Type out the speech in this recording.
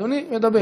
אדוני ידבר.